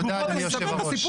תודה, אדוני היושב-ראש.